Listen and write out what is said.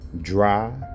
dry